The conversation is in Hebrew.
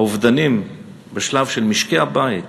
האובדן בשלב של משקי-הבית